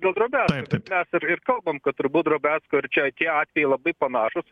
dėl drobiazko mes ir ir kalbam kad turbūt drobiazko ir čia tie atvejai labai panašūs